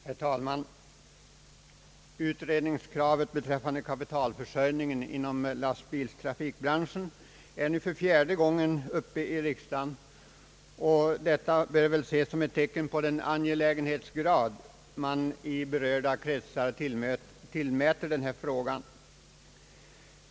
Herr talman! Kravet på utredning beträffande kapitalförsörjningen inom lastbilstrafikbranschen är nu för fjärde gången uppe till behandling i riksdagen. Detta bör väl ses som ett tecken på den angelägenhetsgrad man i berörda kretsar tillmäter denna fråga.